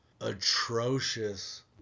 atrocious